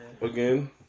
again